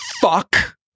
fuck